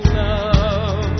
love